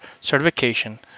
Certification